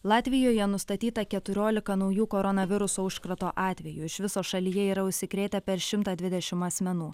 latvijoje nustatyta keturiolika naujų koronaviruso užkrato atvejų iš viso šalyje yra užsikrėtę per šimtą dvidešim asmenų